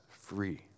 free